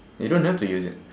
you don't have to use it